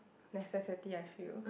necessity I feel